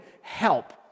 help